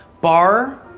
bar,